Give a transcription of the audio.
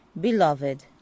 Beloved